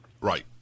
Right